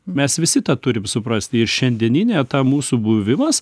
mes visi tą turim suprasti ir šiandieninė ta mūsų buvimas